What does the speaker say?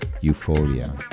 Euphoria